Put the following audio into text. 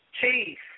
Chief